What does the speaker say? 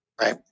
Right